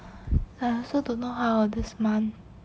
!aiya! also don't know how uh this month